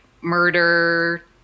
murder